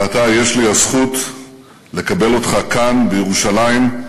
ועתה יש לי הזכות לקבל אותך כאן בירושלים,